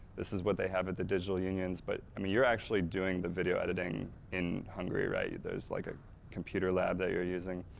this is what they have at the digital unions, but i mean you're actually doing the video editing in hungary, right? there's like a computer lab that you're using.